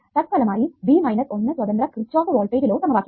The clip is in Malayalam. തത്ഫലമായി B മൈനസ് 1 സ്വതന്ത്ര കിർച്ചോഫ് വോൾട്ടേജ് ലോ സമവാക്യങ്ങൾ